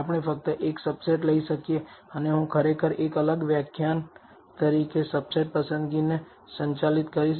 આપણે ફક્ત એક સબસેટ લઈ શકીએ અને હું ખરેખર એક અલગ વ્યાખ્યાન તરીકે સબસેટ પસંદગીને સંચાલિત કરીશ